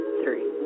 three